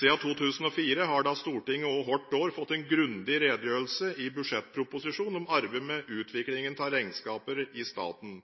Siden 2004 har da også Stortinget hvert år fått en grundig redegjørelse i budsjettproposisjonen om arbeidet med utviklingen av regnskapene i staten.